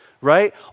Right